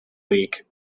leak